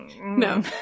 No